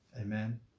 Amen